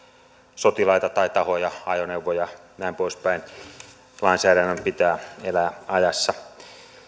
sotilaita tai tahoja tai ajoneuvoja näin poispäin lainsäädännön pitää elää ajassa